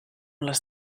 les